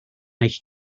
eich